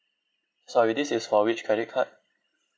sorry this is for which credit card